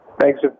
thanks